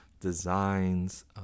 designs